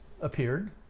appeared